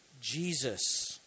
Jesus